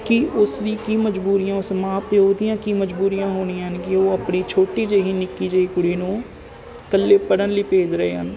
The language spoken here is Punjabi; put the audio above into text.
ਕਿ ਉਸ ਦੀ ਕੀ ਮਜਬੂਰੀਆਂ ਉਸ ਮਾਂ ਪਿਓ ਦੀਆਂ ਕੀ ਮਜਬੂਰੀਆਂ ਹੋਣੀਆਂ ਨੇ ਕਿ ਉਹ ਆਪਣੀ ਛੋਟੀ ਜਿਹੀ ਨਿੱਕੀ ਜਿਹੀ ਕੁੜੀ ਨੂੰ ਇਕੱਲੇ ਪੜ੍ਹਨ ਲਈ ਭੇਜ ਰਹੇ ਹਨ